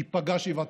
ייפגע שבעתיים.